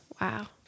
Wow